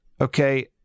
Okay